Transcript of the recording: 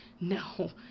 no